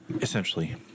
Essentially